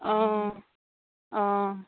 অঁ অঁ